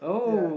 ya